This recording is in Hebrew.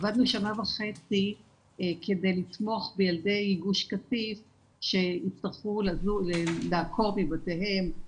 עבדנו שנה וחצי כדי לתמוך בילדי גוש קטיף שהצטרכו להיעקר מבתיהם,